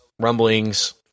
rumblings